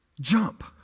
jump